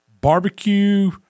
barbecue